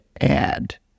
add